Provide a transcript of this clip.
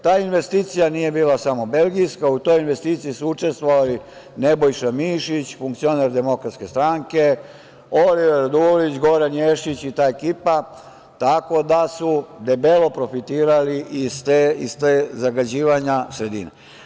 Ta investicija nije bila samo Belgijska, u toj investiciji su učestvovali Nebojša Mišić, funkcioner DS, Oliver Dulić, Goran Ješić i ta ekipa, tako da su debelo profitirali iz tog zagađivanja sredine.